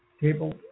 table